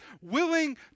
willing